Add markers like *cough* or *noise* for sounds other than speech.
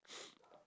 *noise*